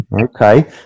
Okay